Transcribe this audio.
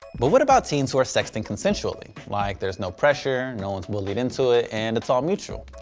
but what about teens who are sexting consensually? like there's no pressure, no one's bullied into it, and it's all mutual.